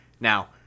Now